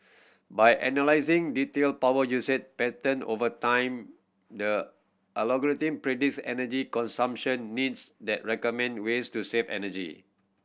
by analysing detail power usage pattern over time the algorithm predicts energy consumption needs the recommend ways to save energy